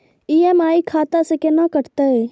EMI खाता से केना कटते?